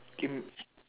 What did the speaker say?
im~